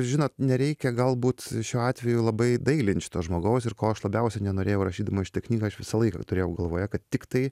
žinot nereikia galbūt šiuo atveju labai dailint šito žmogaus ir ko aš labiausiai nenorėjau rašydamas šią knygą aš visą laiką turėjau galvoje kad tiktai